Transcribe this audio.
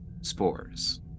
Spores